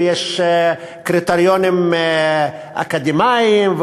ויש קריטריונים אקדמיים,